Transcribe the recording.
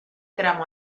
tramo